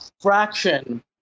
fraction